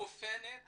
מאופיינת